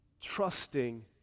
trusting